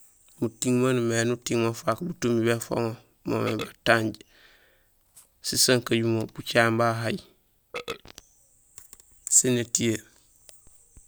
Muting maan umimé éni uting mo ufaak butumi béfoŋo mo moomé batanj, sisankajumo, bucaŋéén bahay, sén étiyee.